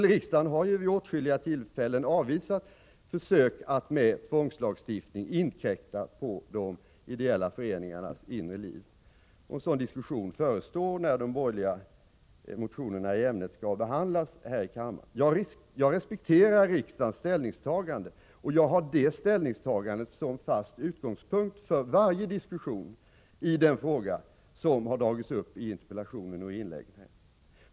Riksdagen har vid åtskilliga tillfällen avvisat försök att med tvångslagstiftning inkräkta på de ideella föreningarnas inre liv. En sådan diskussion förestår när de borgerliga motionerna i ämnet skall behandlas här i kammaren. Jag respekterar riksdagens ställningstagande, och jag har det ställningstagandet som fast utgångspunkt för varje diskussion i den fråga som har dragits upp i interpellationen och inläggen här.